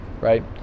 right